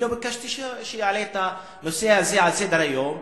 לא ביקשתי שהנושא הזה יעלה לסדר-היום,